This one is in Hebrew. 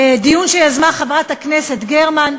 דיון שיזמה חברת הכנסת גרמן,